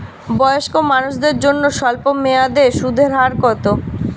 বয়স্ক মানুষদের জন্য স্বল্প মেয়াদে সুদের হার কত?